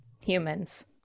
humans